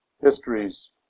histories